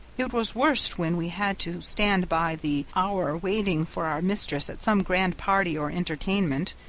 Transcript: it was worst when we had to stand by the hour waiting for our mistress at some grand party or entertainment,